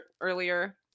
earlier